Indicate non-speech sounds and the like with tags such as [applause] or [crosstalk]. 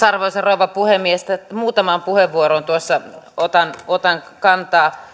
[unintelligible] arvoisa rouva puhemies muutamaan puheenvuoroon tuossa otan otan kantaa